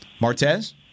Martez